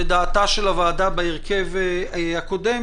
ודעתה של הוועדה בהרכב הקודם,